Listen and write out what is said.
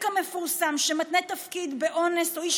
המפיק המפורסם שמתנה תפקיד באונס או איש